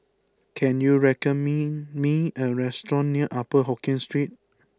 can you recommending me a restaurant near Upper Hokkien Street